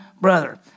brother